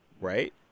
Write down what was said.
right